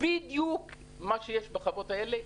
בדיוק כפי שיש בחוות האלה.